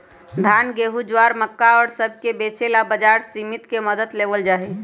धान, गेहूं, ज्वार, मक्का और सब के बेचे ला बाजार समिति के मदद लेवल जाहई